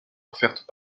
offertes